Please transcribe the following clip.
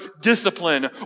discipline